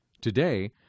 Today